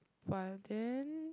but then